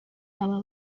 aba